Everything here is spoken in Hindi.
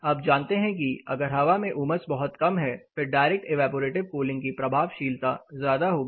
आप जानते हैं कि अगर हवा में उमस बहुत कम है फिर डायरेक्ट ईवैपोरेटिव कूलिंग की प्रभावशीलता ज्यादा होगी